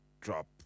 drop